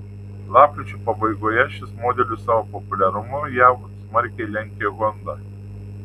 lapkričio pabaigoje šis modelis savo populiarumu jav smarkiai lenkė honda